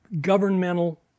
governmental